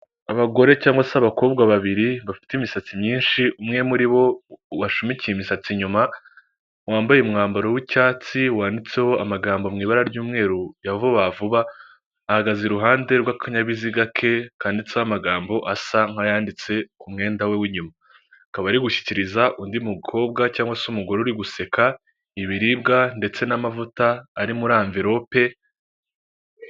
Abagore cyangwa se abakobwa babiri bafite imisatsi myinshi umwe muri bo washumikiye imisatsi inyuma wambaye umwambaro w'icyatsi wanditseho amagambo mu ibara ry'umweru ya vuba vuba ahagaze iruhande rw'akanyabiziga ke kanditseho amagambo asa nk'ayanditse k'umwenda we w'inyuma akaba ari gushyikiriza undi mukobwa cyangwag se umugore uri guseka ibiribwa ndetse n'amavuta ari muri amvelope.